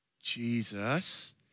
jesus